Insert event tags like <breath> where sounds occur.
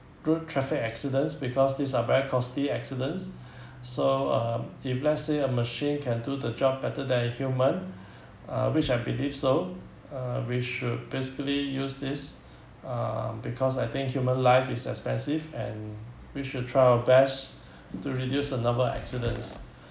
road traffic accidents because these are very costly accidents <breath> so um if let's say a machine can do the job better than human <breath> uh which I believe so uh we should basically use this uh because I think human life is expensive and we should try our best to reduce the number of accidents